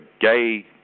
gay